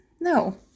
No